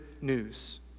news